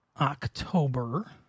October